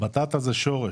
בטטה זה שורש.